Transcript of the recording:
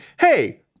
Hey